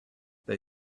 they